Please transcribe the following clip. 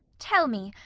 tell me,